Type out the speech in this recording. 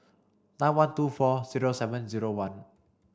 nine one two four zero seven zero one